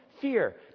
fear